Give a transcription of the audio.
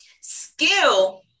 Skill